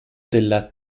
della